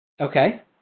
Okay